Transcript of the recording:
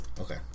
Okay